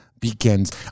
begins